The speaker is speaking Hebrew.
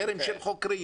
חרם של חוקרים,